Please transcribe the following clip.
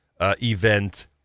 event